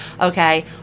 Okay